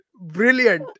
Brilliant